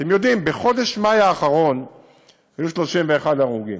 אתם יודעים, בחודש מאי האחרון היו 31 הרוגים.